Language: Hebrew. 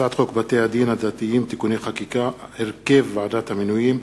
הצעת חוק בתי-הדין הדתיים (תיקוני חקיקה) (הרכב ועדת המינויים),